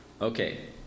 Okay